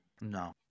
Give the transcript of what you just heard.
No